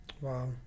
wow